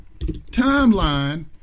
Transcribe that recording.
timeline